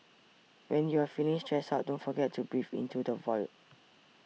when you are feeling stressed out don't forget to breathe into the void